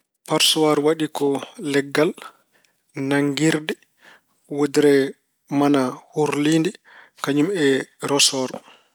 Paarsuwar waɗi ko leggal, naggirde, wudere mane urliide, kañum e rosoor.